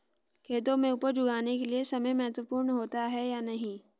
खेतों में उपज उगाने के लिये समय महत्वपूर्ण होता है या नहीं?